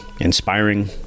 inspiring